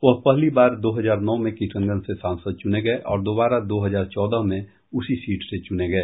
वह पहली बार दो हजार नौ में किशनगंज से सांसद चुने गए और दोबारा दो हजार चौदह में उसी सीट से चुने गए